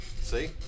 See